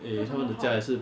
eh 他们的家也是